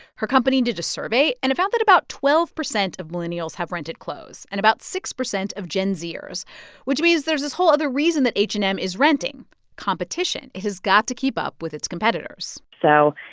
her company did a survey and found that about twelve percent of millennials have rented clothes and about six percent of gen z-ers. which means there's this whole other reason that h and m is renting competition. it has got to keep up with its competitors so,